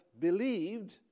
believed